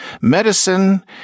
medicine